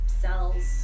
cells